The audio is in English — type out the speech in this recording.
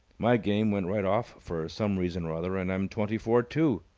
my game went right off for some reason or other, and i'm twenty-four, too.